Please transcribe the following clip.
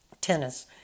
tennis